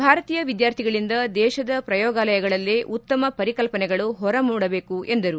ಭಾರತೀಯ ವಿದ್ವಾರ್ಥಿಗಳಿಂದ ದೇಶದ ಶ್ರಯೋಗಾಲಯಗಳಲ್ಲೇ ಉತ್ತಮ ಪರಿಕಲ್ಪನೆಗಳು ಹೊರ ಮೂಡಬೇಕು ಎಂದರು